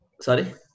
Sorry